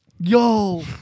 Yo